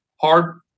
hard